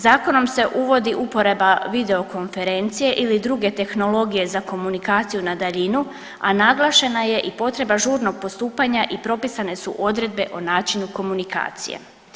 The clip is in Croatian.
Zakonom se uvodi uporaba video konferencije ili druge tehnologije za komunikaciju na daljinu, a naglašena je i potreba žurnog postupanja i propisane su odredbe o načinu komunikacije.